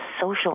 social